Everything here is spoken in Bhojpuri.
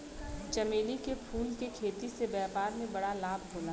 चमेली के फूल के खेती से व्यापार में बड़ा लाभ होला